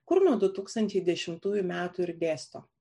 kur nuo du tūkstančiai dešimtųjų metų ir dėsto